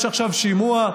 יש עכשיו שימוע,